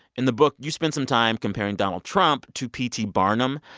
in the book, you spend some time comparing donald trump to p t. barnum.